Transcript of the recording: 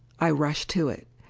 i rushed to it.